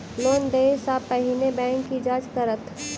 Loan देय सा पहिने बैंक की जाँच करत?